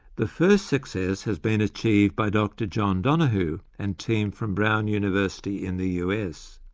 the first success has been achieved by dr john donoghue and team from brown university in the us.